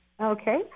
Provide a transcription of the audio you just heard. Okay